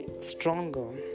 stronger